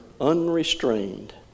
unrestrained